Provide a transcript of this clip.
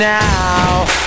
now